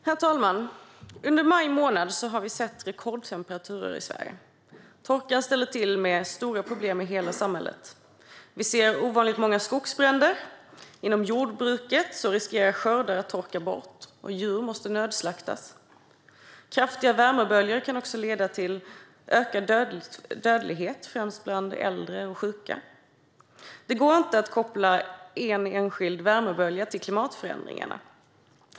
Herr talman! Under maj månad har vi sett rekordtemperaturer i Sverige. Torka ställer till med stora problem i hela samhället. Vi ser ovanligt många skogsbränder. Inom jordbruket riskerar skördar att torka bort, och djur måste nödslaktas. Kraftiga värmeböljor kan också leda till ökad dödlighet, främst bland äldre och sjuka. Det går inte att koppla en enskild värmebölja till klimatförändringarna.